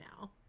now